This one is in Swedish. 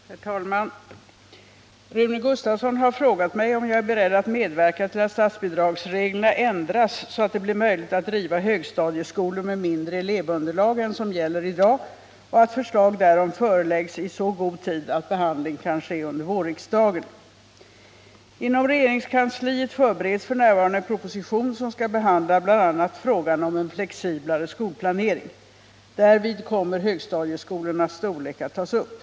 Herr talman! Rune Gustavsson har frågat mig om jag är beredd att medverka till att statsbidragsreglerna ändras så att det blir möjligt att driva högstadieskolor med mindre elevunderlag än som gäller i dag och till att förslag därom framläggs i så god tid att behandling kan ske under vårriksdagen. Inom regeringskansliet förbereds f. n. en proposition som skall behandla bl.a. frågan om en flexiblare skolplanering. Därvid kommer högstadieskolornas storlek att tas upp.